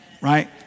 Right